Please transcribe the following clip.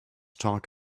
talk